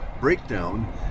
breakdown